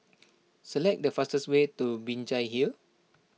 select the fastest way to Binjai Hill